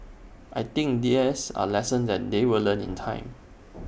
I think these are lessons that they will learn in time